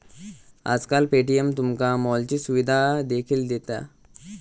आजकाल पे.टी.एम तुमका मॉलची सुविधा देखील दिता